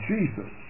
Jesus